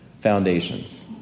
foundations